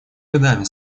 годами